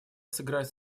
сыграть